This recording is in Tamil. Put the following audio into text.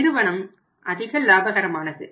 நிறுவனம் அதிகம் லாபகரமானது